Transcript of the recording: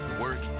work